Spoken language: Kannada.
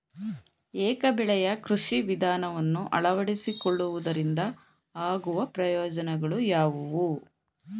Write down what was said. ಏಕ ಬೆಳೆಯ ಕೃಷಿ ವಿಧಾನವನ್ನು ಅಳವಡಿಸಿಕೊಳ್ಳುವುದರಿಂದ ಆಗುವ ಪ್ರಯೋಜನಗಳು ಯಾವುವು?